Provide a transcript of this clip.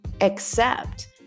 accept